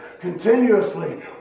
continuously